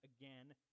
again